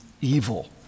evil